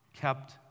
kept